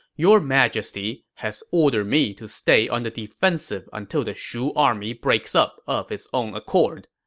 your majesty has ordered me to stay on the defensive until the shu army breaks up of its own accord.